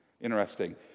Interesting